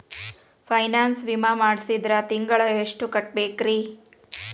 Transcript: Pension ವಿಮಾ ಮಾಡ್ಸಿದ್ರ ತಿಂಗಳ ಎಷ್ಟು ಕಟ್ಬೇಕ್ರಿ?